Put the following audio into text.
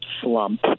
slump